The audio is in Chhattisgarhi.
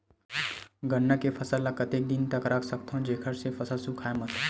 गन्ना के फसल ल कतेक दिन तक रख सकथव जेखर से फसल सूखाय मत?